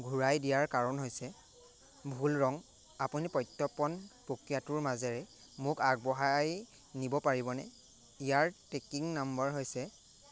ঘূৰাই দিয়াৰ কাৰণ হৈছে ভুল ৰং আপুনি পত্যাপন পক্ৰিয়াটোৰ মাজেৰে মোক আগবঢ়াই নিব পাৰিবনে ইয়াৰ ট্ৰেকিং নম্বৰ হৈছে